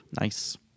Nice